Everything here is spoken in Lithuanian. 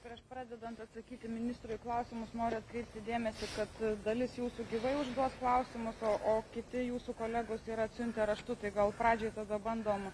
prieš pradedant atsakyti ministrui klausimus noriu atkreipti dėmesį kad dalis jūsų gyvai užduos klausimus o o kiti jūsų kolegos yra atsiuntę raštu tai gal pradžioj tada bandom